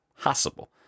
possible